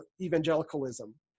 evangelicalism